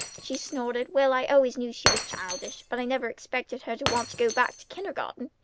she snorted. well, i always knew she was childish, but i never expected her to want to go back to kindergarten!